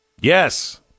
Yes